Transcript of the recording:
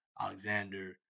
Alexander